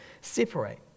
separate